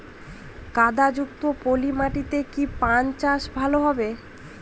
কাদা যুক্ত পলি মাটিতে কি পান চাষ ভালো হবে?